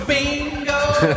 Bingo